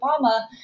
Obama